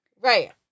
Right